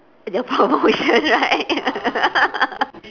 their problem right